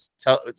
tell